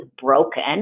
broken